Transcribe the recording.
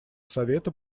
совета